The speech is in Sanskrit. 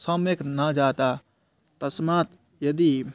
सम्यक् न जाता तस्मात् यदि